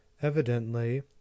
Evidently